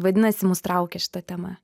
vadinasi mus traukia šita tema